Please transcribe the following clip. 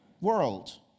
world